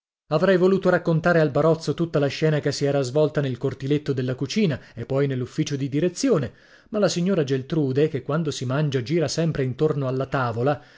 avrei voluto raccontare al barozzo tutta la scena che si era svolta nel cortiletto della cucina e poi nell'ufficio di direzione ma la signora geltrude che quando si mangia gira sempre intorno alla tavola